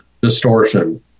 distortion